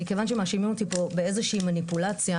מכיוון שמאשימים אותי באיזושהי מניפולציה,